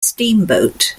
steamboat